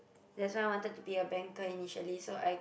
that's why I wanted to be a banker initially so I